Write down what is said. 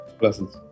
Blessings